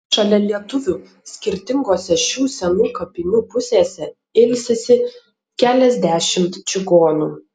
šalia lietuvių skirtingose šių senų kapinių pusėse ilsisi keliasdešimt čigonų